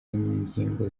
ingingo